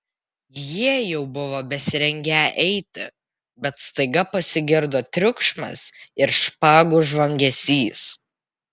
jie jau buvo besirengią eiti bet staiga pasigirdo triukšmas ir špagų žvangesys